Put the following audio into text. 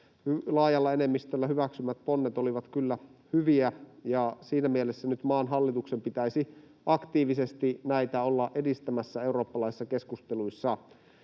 laajalla enemmistöllä hyväksymät ponnet olivat kyllä hyviä, ja siinä mielessä maan hallituksen pitäisi nyt aktiivisesti näitä olla edistämässä eurooppalaisissa keskusteluissa.